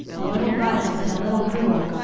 a little violent and a little cruel,